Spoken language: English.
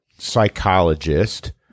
psychologist